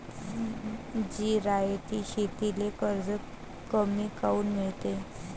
जिरायती शेतीले कर्ज कमी काऊन मिळते?